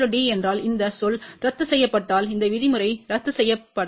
A D என்றால் இந்த சொல் ரத்து செய்யப்பட்டால் இந்த விதிமுறை ரத்துசெய்யப்ப